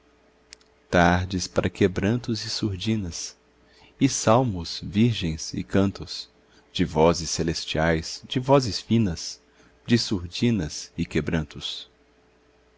tardes para quebrantos e surdinas e salmos virgens e cantos de vozes celestiais de vozes finas de surdinas e quebrantos